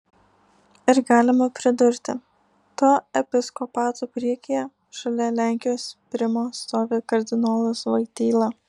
ir galima pridurti to episkopato priekyje šalia lenkijos primo stovi kardinolas voityla